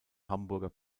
hamburger